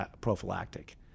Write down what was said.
prophylactic